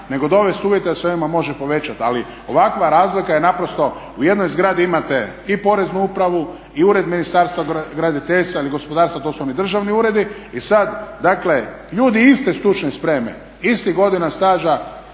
nego dovesti uvjete da se ovima može povećati. Ali ovakva razlika je naprosto, u jednoj zgradi imate i poreznu upravu, i ured Ministarstva graditeljstva ili gospodarstva, to su oni državni uredi i sad dakle ljudi iste stručne spreme, istih godina staža,